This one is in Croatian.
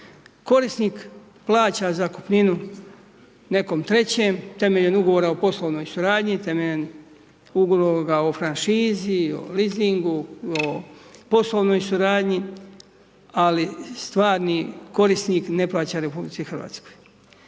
Korisnik plaća zakupninu nekom trećem temeljem ugovora u poslovnoj suradnji, temeljem ugovora o franšizi, o leasingu, o poslovnoj suradnji ali stvarni korisnik ne plaća RH. Mi smo